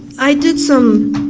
i did some